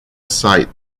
site